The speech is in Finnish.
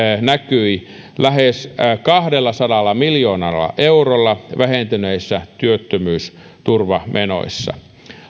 näkyi lähes kahdellasadalla miljoonalla eurolla vähentyneissä työttömyysturvamenoissa